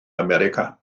america